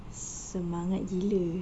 semangat gila